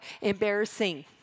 embarrassing